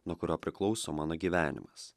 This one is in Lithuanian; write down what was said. nuo kurio priklauso mano gyvenimas